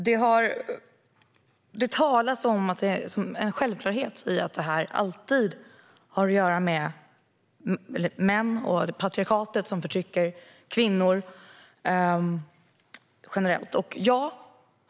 Det talas om som en självklarhet att det alltid har att göra med män och patriarkatet, som förtrycker kvinnor generellt.